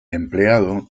empleado